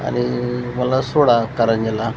आनि मला सोडा कारंजाला